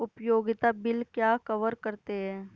उपयोगिता बिल क्या कवर करते हैं?